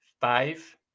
five